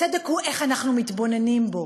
צדק הוא איך אנחנו מתבוננים בו.